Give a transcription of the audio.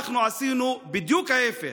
אנחנו עשינו בדיוק ההפך,